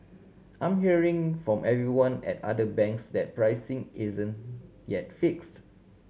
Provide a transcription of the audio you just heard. I'm hearing from everyone at other banks that pricing isn't yet fix